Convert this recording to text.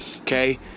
okay